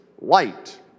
light